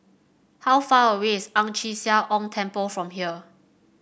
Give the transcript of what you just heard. how far away is Ang Chee Sia Ong Temple from here